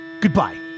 Goodbye